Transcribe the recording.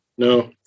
No